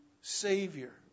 Savior